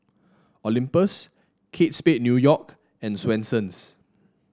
Olympus Kate Spade New York and Swensens